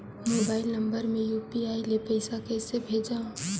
Mobile number मे UPI ले पइसा कइसे भेजवं?